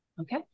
Okay